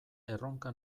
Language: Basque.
erronka